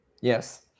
Yes